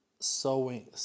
Sewing